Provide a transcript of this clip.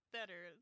Better